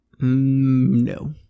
No